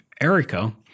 Erica